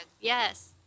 Yes